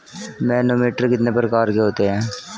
Manometer कितने प्रकार के होते हैं?